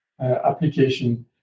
application